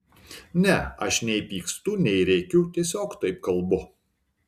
ne aš nei pykstu nei rėkiu tiesiog taip kalbu